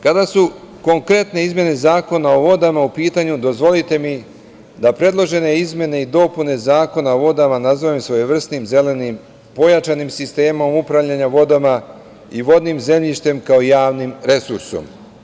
Kada su konkretne izmene Zakona o vodama u pitanju, dozvolite mi da predložene izmene i dopune Zakona o vodama nazovem svojevrsnim zelenim, pojačanim sistemom upravljanja vodama i vodnim zemljištem, kao javnim resursom.